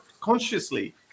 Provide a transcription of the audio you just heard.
consciously